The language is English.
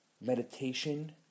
meditation